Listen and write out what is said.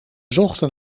zochten